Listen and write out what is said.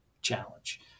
challenge